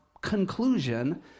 conclusion